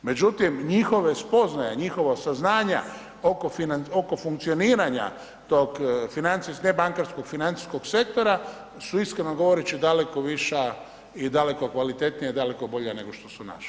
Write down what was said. Međutim, njihove spoznaje, njihova saznanja oko funkcioniranja tog, ne bankarskog financijskog sektora su iskreno govoreći daleko više i daleko kvalitetnija i daleko bolja nego što su naša.